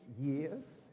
years